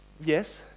Yes